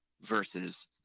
versus